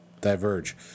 diverge